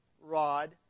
rod